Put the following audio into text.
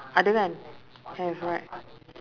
ada kan have right